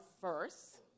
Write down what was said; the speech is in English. first